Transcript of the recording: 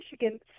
Michigan